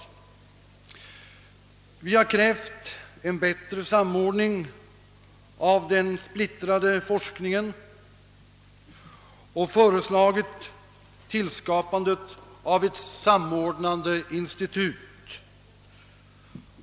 Vidare har vi krävt en bättre samordning av den nu splittrade forskningen och föreslagit tillskapandet av ett samordnande institut.